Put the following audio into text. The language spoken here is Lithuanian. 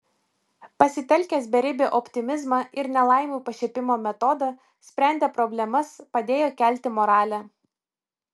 pasitelkęs beribį optimizmą ir nelaimių pašiepimo metodą sprendė problemas padėjo kelti moralę